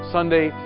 Sunday